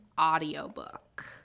audiobook